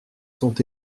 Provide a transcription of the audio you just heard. sont